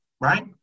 right